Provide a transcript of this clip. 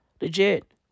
Legit